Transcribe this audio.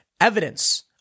evidence